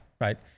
right